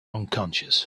unconscious